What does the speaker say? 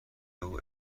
اول